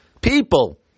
people